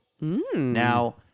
Now-